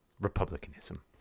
Republicanism